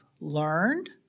learned